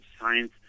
science